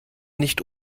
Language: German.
nicht